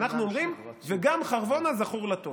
אנחנו אומרים: "וגם חרבונה זכור לטוב".